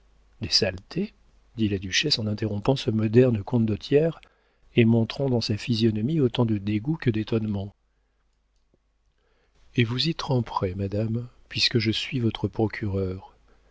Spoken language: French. les des saletés dit la duchesse en interrompant ce moderne condottiere et montrant dans sa physionomie autant de dégoût que d'étonnement et vous y tremperez madame puisque je suis votre procureur